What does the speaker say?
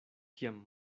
kiam